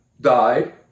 died